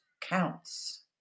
counts